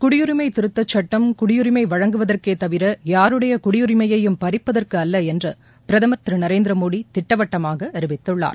குடியுரிமை திருத்தச்சுட்டம் குடியுரிமை வழங்குவதற்கே தவிர யாருடைய குடியுரிமையையும் பறிப்பதற்கு அல்ல என்று பிரதமர் திரு நரேந்திரமோடி திட்டவட்டமாக அறிவித்துள்ளார்